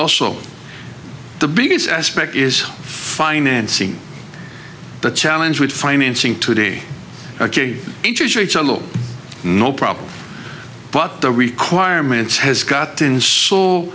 also the biggest aspect is financing the challenge with financing today interest rates are low no problem but the requirements has gotten s